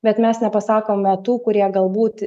bet mes nepasakome tų kurie galbūt